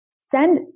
Send